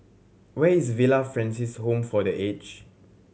where is Villa Francis Home for The Age